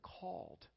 called